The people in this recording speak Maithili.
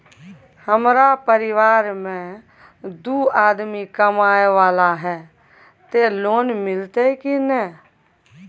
हमरा परिवार में दू आदमी कमाए वाला हे ते लोन मिलते की ने?